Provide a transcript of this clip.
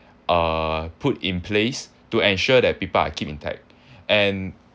uh put in place to ensure that people are keep intact and